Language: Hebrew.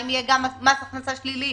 האם יהיה גם מס הכנסה שלילי.